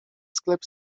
sklep